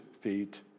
feet